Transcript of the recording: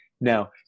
Now